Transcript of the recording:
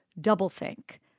double-think